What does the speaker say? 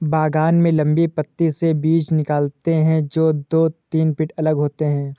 बागान में लंबी पंक्तियों से बीज निकालते है, जो दो तीन फीट अलग होते हैं